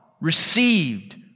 received